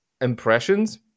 impressions